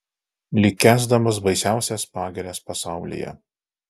lyg kęsdamas baisiausias pagirias pasaulyje